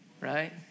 right